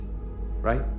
right